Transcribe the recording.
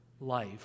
life